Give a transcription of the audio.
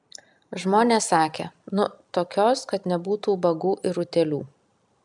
žmonės sakė nu tokios kad nebūtų ubagų ir utėlių